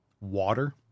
water